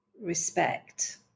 respect